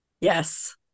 Yes